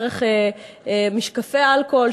דרך משקפי האלכוהול,